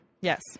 Yes